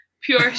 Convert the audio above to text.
pure